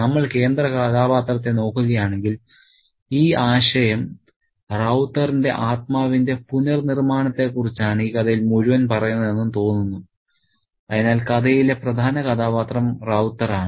നമ്മൾ കേന്ദ്രകഥാപാത്രത്തെ നോക്കുകയാണെങ്കിൽ ഈ ആശയം റൌത്തറിന്റെ ആത്മാവിന്റെ പുനർനിർമ്മാണത്തെക്കുറിച്ചാണ് ഈ കഥയിൽ മുഴുവൻ പറയുന്നതെന്ന് തോന്നുന്നു അതിനാൽ കഥയിലെ പ്രധാന കഥാപാത്രം റൌത്തറാണ്